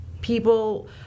people